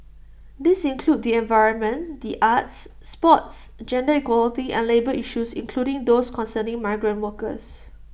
these include the environment the arts sports gender equality and labour issues including those concerning migrant workers